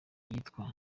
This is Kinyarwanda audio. yitwa